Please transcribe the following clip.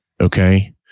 Okay